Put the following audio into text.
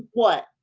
what?